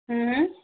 હમમ